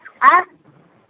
आँय